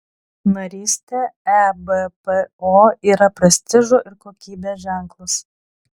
narystė ebpo yra prestižo ir kokybės ženklas